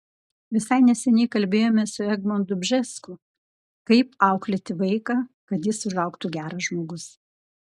visai neseniai kalbėjome su egmontu bžesku kaip auklėti vaiką kad jis užaugtų geras žmogus